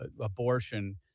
abortion